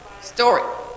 Story